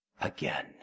again